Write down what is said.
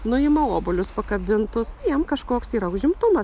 nuima obuolius pakabintus jiem kažkoks yra užimtumas